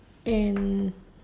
and